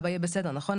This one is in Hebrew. אבא יהיה בסדר, נכון?